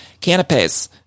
canopies